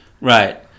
Right